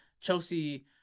Chelsea